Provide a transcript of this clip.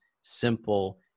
simple